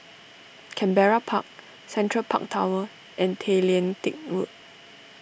Canberra Park Central Park Tower and Tay Lian Teck Road